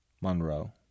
Monroe